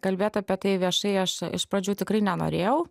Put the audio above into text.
kalbėt apie tai viešai aš iš pradžių tikrai nenorėjau